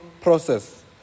process